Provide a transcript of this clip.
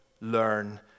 learn